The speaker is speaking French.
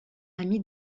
ami